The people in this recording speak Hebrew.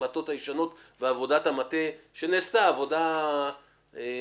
ההחלטות הישנות ועבודת המטה שנעשתה עבודה ארוכה,